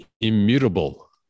immutable